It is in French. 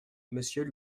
monsieur